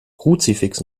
kruzifix